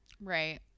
Right